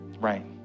Right